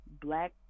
black